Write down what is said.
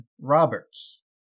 Roberts